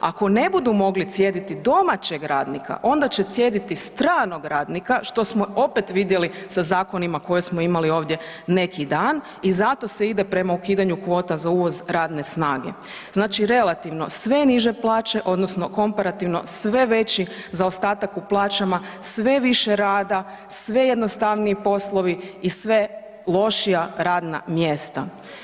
Ako ne budu mogli cijediti domaćeg radnika onda će sjediti stranog radnika što smo opet vidjeli sa zakonima koje smo imali ovdje neki dan i zato se ide prema ukidanju kvota za uvoz radne snage znači relativno sve niže plaće odnosno komparativno sve veći zaostatak u plaćama, sve više rada, sve jednostavniji poslovi i sve lošija radna mjesta.